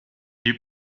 you